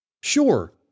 Sure